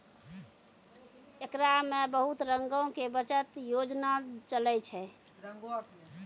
एकरा मे बहुते रंगो के बचत योजना चलै छै